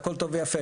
הכל טוב ויפה,